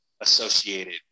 associated